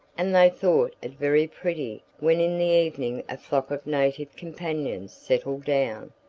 and they thought it very pretty when in the evening a flock of native companions settled down,